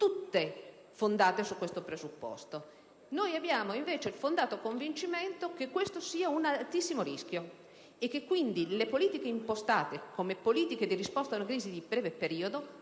tutte fondate su questo presupposto. Noi, invece, abbiamo il fondato convincimento che questo sia un altissimo rischio e che, quindi, le politiche impostate come politiche di risposta ad una crisi di breve periodo